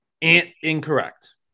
incorrect